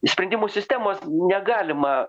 iš sprendimų sistemos negalima